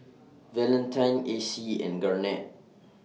Valentine Acie and Garnet